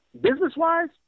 business-wise